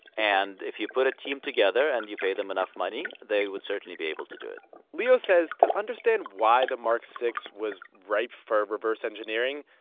and if you put a team together and you pay them enough money, they would certainly be able to do it leo says, to understand why the mark vi was ripe for reverse engineering,